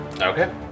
Okay